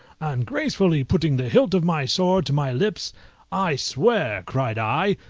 and gracefully putting the hilt of my sword to my lips i swear, cried i,